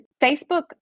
Facebook